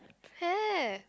have